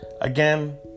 Again